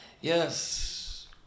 Yes